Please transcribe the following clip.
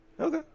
Okay